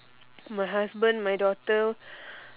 my husband my daughter